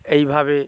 এইভাবে